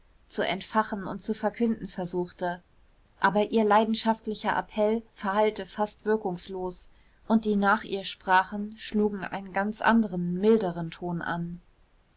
zu entfachen und zu verkünden versuchte aber ihr leidenschaftlicher appell verhallte fast wirkungslos und die nach ihr sprachen schlugen einen ganz anderen milderen ton an